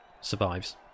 survives